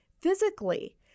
physically